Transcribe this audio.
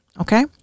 Okay